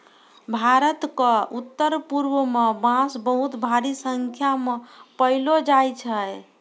भारत क उत्तरपूर्व म बांस बहुत भारी संख्या म पयलो जाय छै